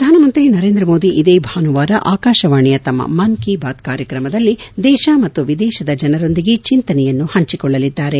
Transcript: ಪ್ರಧಾನಮಂತ್ರಿ ನರೇಂದ್ರ ಮೋದಿ ಇದೇ ಭಾನುವಾರ ಆಕಾಶವಾಣಿಯ ತಮ್ಮ ಮನ್ ಕೀ ಬಾತ್ ಕಾರ್ಯಕ್ರಮದಲ್ಲಿ ದೇಶ ಮತ್ತು ವಿದೇಶದ ಜನರೊಂದಿಗೆ ಚಿಂತನೆಯನ್ನು ಪಂಚಿಕೊಳ್ಳಲಿದ್ದಾರೆ